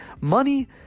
money